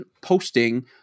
posting